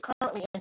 currently